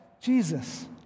Jesus